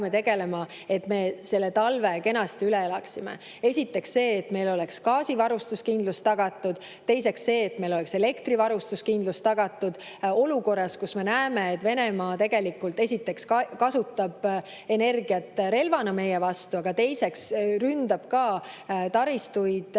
et me selle talve kenasti üle elaksime. Esiteks see, et meil oleks gaasivarustuskindlus tagatud. Teiseks see, et meil oleks elektrivarustuskindlus tagatud olukorras, kus esiteks, Venemaa kasutab energiat relvana meie vastu, ja teiseks, ründab ka taristuid,